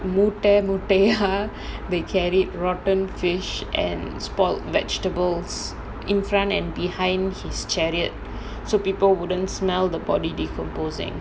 மூட மூட்டைய:mooda mootaiya they carried rotten fish and spoiled vegetables in front and behind his chariot so people wouldn't smell the body decomposing